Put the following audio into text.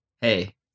Hey